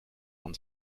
von